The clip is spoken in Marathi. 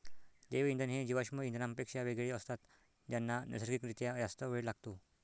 जैवइंधन हे जीवाश्म इंधनांपेक्षा वेगळे असतात ज्यांना नैसर्गिक रित्या जास्त वेळ लागतो